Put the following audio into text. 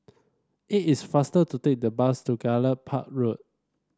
it is faster to take the bus to Gallop Park Road